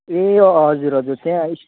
ए अँ हजुर हजुर त्यहाँ यी